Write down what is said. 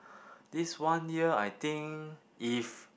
this one year I think if